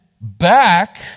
back